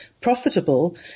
profitable